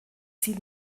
sie